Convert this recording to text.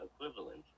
equivalent